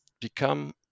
become